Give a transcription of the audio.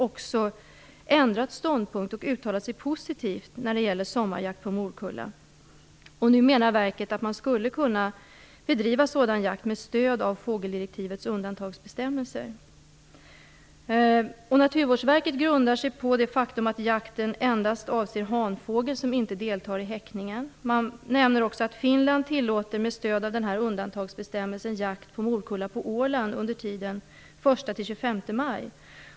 Verket har uttalat sig positivt om sommarjakt på morkulla, och menar att man skulle kunna bedriva sådan jakt med stöd av fågeldirektivets undantagsbestämmelse. Naturvårdsverket grundar sig på det faktum att jakten endast avser hanfågel, som inte deltar i häckningen. Det nämns också att Finland med stöd av denna undantagsbestämmelse tillåter jakt på morkulla på Åland under tiden 1-25 maj.